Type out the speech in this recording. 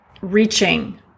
reaching